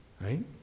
right